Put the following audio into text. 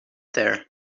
there